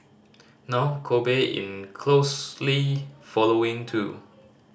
now Kobe in closely following too